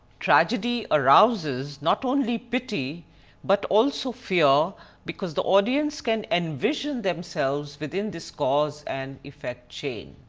tragedy arouses not only pity but, also fear because the audience can envision themselves within this cause and effect chain.